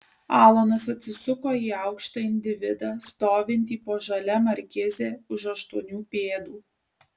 alanas atsisuko į aukštą individą stovintį po žalia markize už aštuonių pėdų